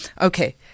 Okay